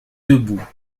debout